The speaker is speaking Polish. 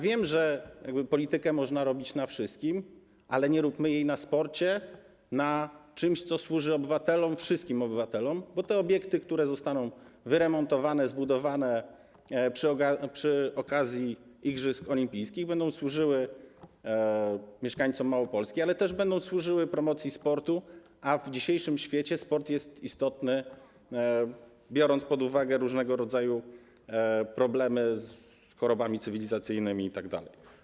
Wiem, że politykę można robić na wszystkim, ale nie róbmy jej na sporcie, na czymś, co służy obywatelom, wszystkim obywatelom, bo te obiekty, które zostaną wyremontowane, zbudowane przy okazji igrzysk olimpijskich, będą służyły mieszkańcom Małopolski, ale też będą służyły promocji sportu, a w dzisiejszym świecie sport jest istotny, biorąc pod uwagę różnego rodzaju problemy z chorobami cywilizacyjnymi itd.